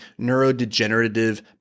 neurodegenerative